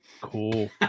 Cool